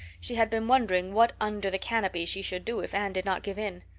she had been wondering what under the canopy she should do if anne did not give in.